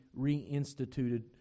reinstituted